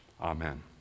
Amen